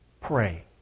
pray